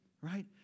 right